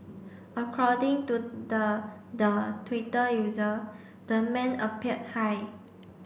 according to the the Twitter user the man appeared high